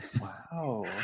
wow